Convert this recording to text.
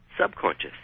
subconscious